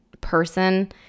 person